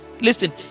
listen